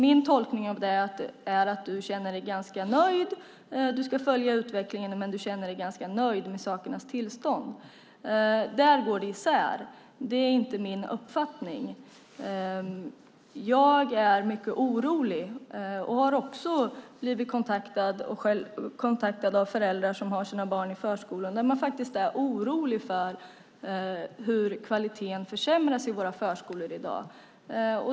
Min tolkning är att du känner dig ganska nöjd med sakernas tillstånd även om du ska följa utvecklingen. Där går det isär. Det är inte min uppfattning. Jag är mycket orolig, och jag har också blivit kontaktad av föräldrar som har sina barn i förskolor och som är oroliga för hur kvaliteten försämras i våra förskolor i dag.